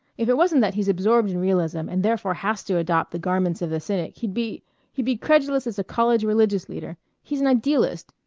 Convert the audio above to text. if it wasn't that he's absorbed in realism and therefore has to adopt the garments of the cynic he'd be he'd be credulous as a college religious leader. he's an idealist.